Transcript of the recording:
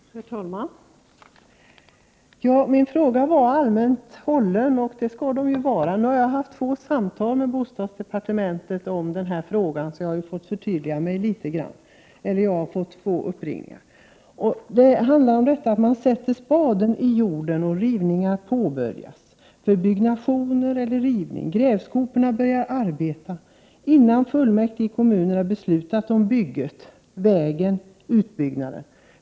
Herr talman! Min fråga var allmänt hållen. Det skall frågorna ju vara. Nu har jag fått två påringningar från bostadsdepartementet, och jag har då fått förtydliga mig litet grand. Frågan handlar om att spaden sätts i jorden, rivningar påbörjas och grävskoporna börjar arbeta innan fullmäktige i kommunerna har beslutat om bygget, vägen eller utbyggnaden.